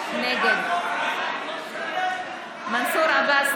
נגד אביר קארה,